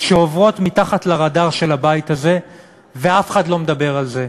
שעוברות מתחת לרדאר של הבית הזה ואף אחד לא מדבר על זה.